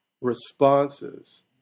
responses